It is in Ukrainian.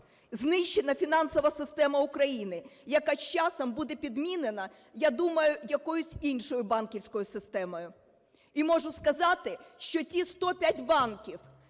знищена фінансова система України, яка з часом буде підмінена, я думаю, якоюсь іншою банківською системою. І можу сказати, що ті 105 банків,